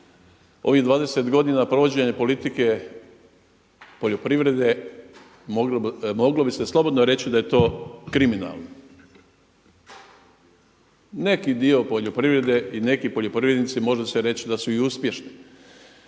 Ovih 20 godina provođenja politike poljoprivrede moglo bi se slobodno reći da je to kriminalno. Neki dio poljoprivrede i neki poljoprivrednici može se reći da su i uspješni.